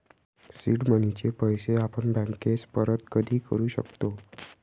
seed मनीचे पैसे आपण बँकेस परत कधी करू शकतो